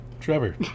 trevor